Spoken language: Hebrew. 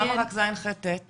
למה רק ז', ח', ט'?